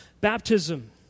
baptism